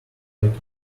like